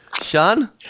Sean